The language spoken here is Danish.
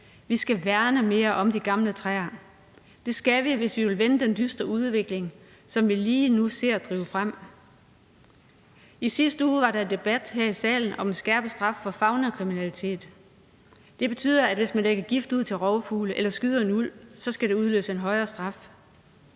Vi skal værne mere om de gamle træer. Det skal vi, hvis vi vil vende den dystre udvikling, som vi lige nu ser drive frem. I sidste uge var der debat her i salen om en skærpet straf for faunakriminalitet. Det betyder, at hvis man lægger gift ud til rovfugle eller skyder en ulv, skal det udløse en højere straf.